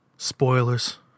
Spoilers